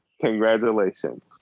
congratulations